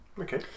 okay